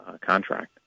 contract